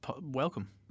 welcome